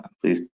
please